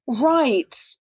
right